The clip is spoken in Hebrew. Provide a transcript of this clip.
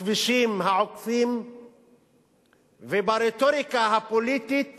הכבישים העוקפים וברטוריקה הפוליטית